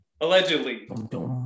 Allegedly